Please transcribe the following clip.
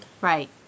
Right